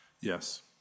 Yes